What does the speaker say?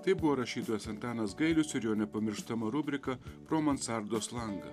tai buvo rašytojas antanas gailius ir jo nepamirštama rubrika pro mansardos langą